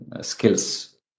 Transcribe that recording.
skills